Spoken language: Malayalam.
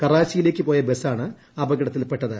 കറാച്ചിയിലേക്ക് പോയ ബസ്സാണ് അപകടത്തിൽപ്പെട്ടത്